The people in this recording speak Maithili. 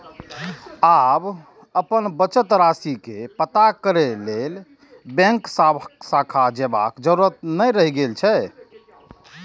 आब अपन बचत राशि के पता करै लेल बैंक शाखा जयबाक जरूरत नै रहि गेल छै